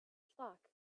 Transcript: flock